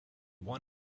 won